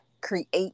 create